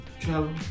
travel